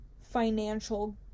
financial